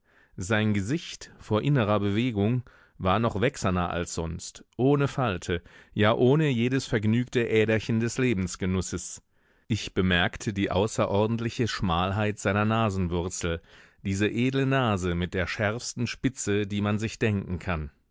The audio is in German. sein gesicht vor innerer bewegung war noch wächserner als sonst ohne falte ja ohne jedes vergnügte äderchen des lebensgenusses ich bemerkte die außerordentliche schmalheit seiner nasenwurzel diese edle nase mit der schärfsten spitze die man sich denken kann